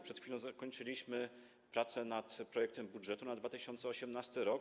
Przed chwilą zakończyliśmy prace nad projektem budżetu na 2018 r.